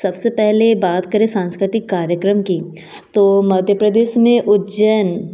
सबसे पहले बात करें सांस्कृतिक कार्यक्रम की तो मध्य प्रदेश में उज्जैन